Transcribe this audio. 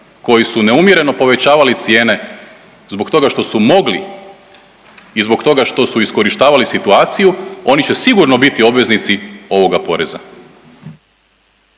koji su neumjereno povećavali cijene zbog toga što su mogli i zbog toga što su iskorištavali situaciju oni će sigurno biti obveznici ovoga poreza.